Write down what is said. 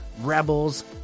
Rebels